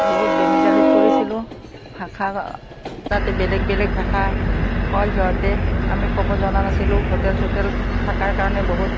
বহুত বেমেজালিত পৰিছিলোঁ ভাষা তাতে বেলেগ বেলেগ ভাষা কয় সিহঁতে আমি ক'ব জনা নাছিলোঁ হোটেল চোটেল থাকাৰ কাৰণে বহুত